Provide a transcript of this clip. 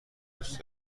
دوست